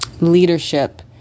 leadership